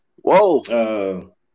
Whoa